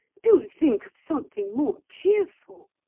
do think of something more cheerful.